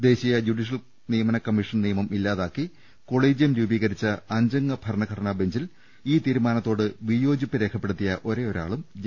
ദേശീയ ജുഡീഷ്യൽ നിയമന കമ്മീഷൻ നിയമം ഇല്ലാതാക്കി കൊളീജി യം രൂപീകരിച്ച അഞ്ചംഗ ഭരണഘടനാ ബഞ്ചിൽ ഈ തീരുമാനത്തോട് വിയോജിപ്പ് രേഖപ്പെടുത്തിയ ഒരേ ഒരാളും ജെ